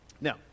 Now